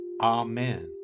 Amen